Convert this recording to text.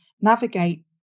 navigate